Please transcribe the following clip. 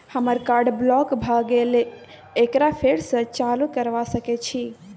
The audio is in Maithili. हमर कार्ड ब्लॉक भ गेले एकरा फेर स चालू करबा सके छि?